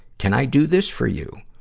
can i do this for you?